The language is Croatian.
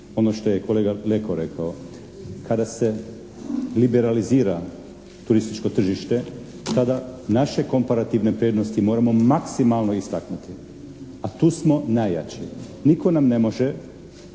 ono što je kolega Leko rekao, kada se liberalizira turističko tržište tada naše komparativne prednosti moramo maksimalno istaknuti, a tu smo najjači. Nitko nam ne može